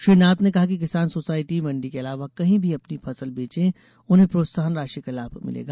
श्री नाथ ने कहा कि किसान सोसायटी मंडी के अलावा कहीं भी अपनी फसल बेंचे उन्हें प्रोत्साहन राशि का लाभ मिलेगा